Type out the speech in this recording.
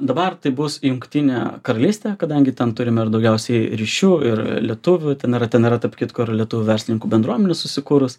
dabar tai bus jungtinė karalystė kadangi ten turime ir daugiausiai ryšių ir lietuvių ten yra ten yra tarp kitko ir lietuvių verslininkų bendruomenė susikūrus